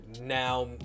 now